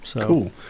Cool